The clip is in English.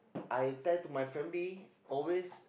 I tell to my family always